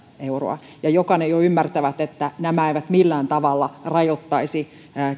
euroa ja jokainen jo ymmärtää että nämä eivät millään tavalla rajoittaisi